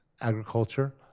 agriculture